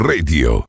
Radio